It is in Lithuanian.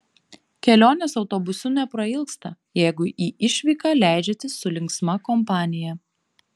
kelionės autobusu neprailgsta jeigu į išvyką leidžiatės su linksma kompanija